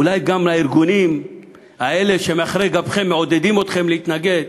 אולי גם לארגונים האלה שמאחורי גבכם מעודדים אתכם להתנגד,